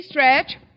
Stretch